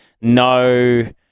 No